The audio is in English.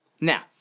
Now